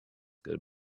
gotta